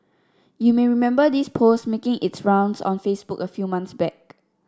you may remember this post making its rounds on Facebook a few months back